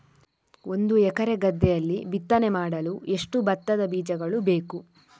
ಒಂದು ಎಕರೆ ಗದ್ದೆಯಲ್ಲಿ ಬಿತ್ತನೆ ಮಾಡಲು ಎಷ್ಟು ಭತ್ತದ ಬೀಜಗಳು ಬೇಕು?